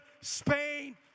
Spain